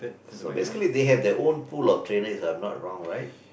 so basically they have their own pool of trainers if I'm not wrong right